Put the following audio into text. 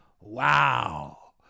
Wow